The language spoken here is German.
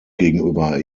gegenüber